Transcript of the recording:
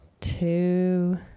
two